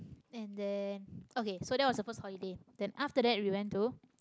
and then okay that was the first holiday then after that we went to